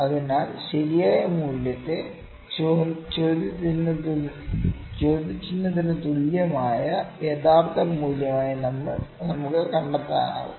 അതിനാൽ ശരിയായ മൂല്യത്തെ ചോദ്യചിഹ്നത്തിന് തുല്യമായ യഥാർത്ഥ മൂല്യമായി നമുക്ക് കണ്ടെത്താനാകും